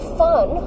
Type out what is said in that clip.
fun